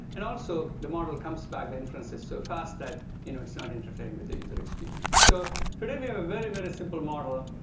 and also the model comes back the inferences so fast that you know it's not interfering with the user experience. so today we have a very, very simple model.